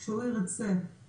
אבל,